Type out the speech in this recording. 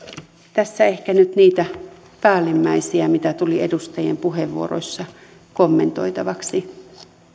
tässä ehkä nyt niitä päällimmäisiä mitä tuli edustajien puheenvuoroissa kommentoitavaksi